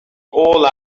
all